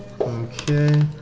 Okay